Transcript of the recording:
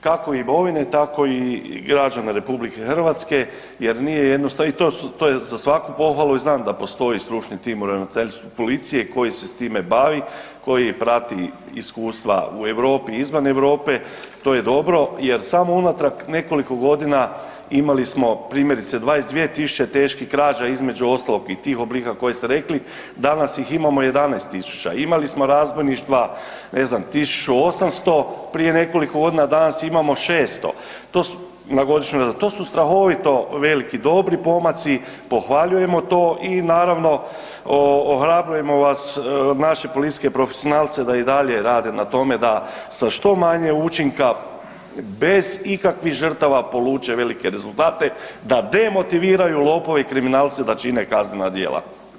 kako imovine, tako i građana RH jer nije jednostavno, i to je za svaku pohvalu, i znam da postoji stručni tim u Ravnateljstvu policije koji se s time bavi, koji prati iskustva u Europi i izvan Europe, to je dobro, jer samo unatrag nekoliko godina imali smo primjerice 22 000 teških krađa, između ostalog i tih oblika koje ste rekli, danas ih imamo 11 000, imali smo razbojništva, ne znam, 1800 prije nekoliko godina, danas imamo 600 na godišnjoj, to su strahovito veliki dobri pomaci, pohvaljujemo to i naravno, ohrabrujemo vas, naše policijske profesionalce da i dalje rade na tome da što manje učinka, bez ikakvih žrtava poluče velike rezultate, da demotiviraju lopove i kriminalce da čine kaznena djela.